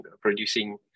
producing